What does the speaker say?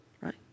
right